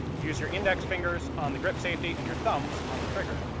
use your index fingers on the grip safety and your thumbs on the trigger.